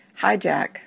hijack